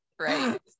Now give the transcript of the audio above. Right